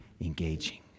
engaging